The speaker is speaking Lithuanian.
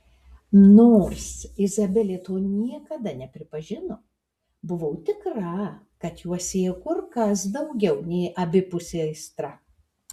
nors izabelė to niekada nepripažino buvau tikra kad juos siejo kur kas daugiau nei abipusė aistra